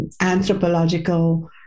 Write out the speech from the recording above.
anthropological